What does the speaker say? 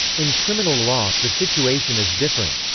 in criminal law, the situation is different.